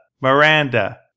Miranda